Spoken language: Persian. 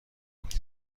کنید